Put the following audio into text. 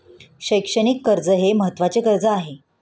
शैक्षणिक कर्ज हे महत्त्वाचे कर्ज आहे